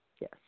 Yes